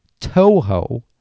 Toho